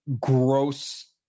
gross